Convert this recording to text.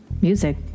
Music